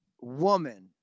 woman